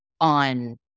on